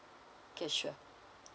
K sure